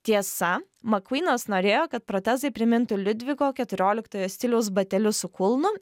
tiesa makvynas norėjo kad protezai primintų liudviko keturioliktojo stiliaus batelius su kulnu